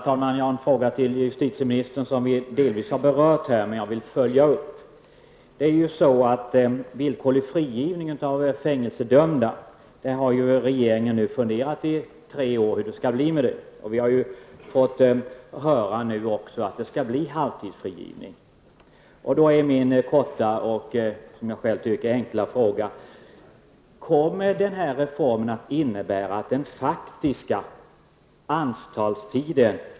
Herr talman! Det förslag som vi ämnar lägga fram är alltså att vi skall frångå halvtidsfrigivningen och gå över till frigivning när två tredjedelar av strafftiden har avtjänats. Halvtidsfrigivning skall alltså inte införas. Genom att utvidga andelen av den tid som man skall befinna sig i fängelse kommer vi att utvidga den faktiska tiden.